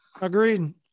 Agreed